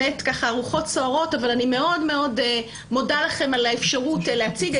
הרוחות סוערות אבל אני מאוד מאוד מודה לכם על האפשרות להציג.